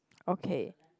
okay